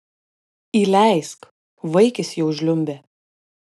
įleisk vaikis jau žliumbė